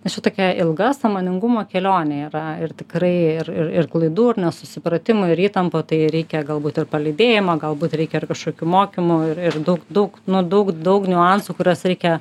nes čia tokia ilga sąmoningumo kelionė yra ir tikrai ir ir klaidų ir nesusipratimų ir įtampų tai reikia galbūt ir palydėjimo galbūt reikia ir kažkokių mokymų ir ir daug daug daug daug niuansų kuriuos reikia